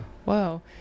whoa